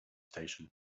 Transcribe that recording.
station